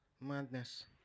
Madness